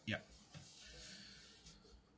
yup